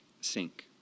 sink